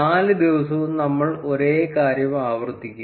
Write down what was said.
നാല് ദിവസവും നമ്മൾ ഒരേ കാര്യം ആവർത്തിക്കും